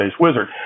wizard